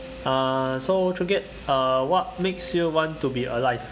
uh so choon kiat what makes you want to be alive